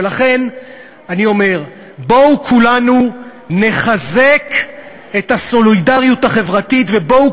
ולכן אני אומר: בואו כולנו נחזק את הסולידריות החברתית ובואו